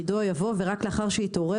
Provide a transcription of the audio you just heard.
אוטובוס שאינו רכב ציבורי יבוא: ושאינו רכב